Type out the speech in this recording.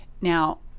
Now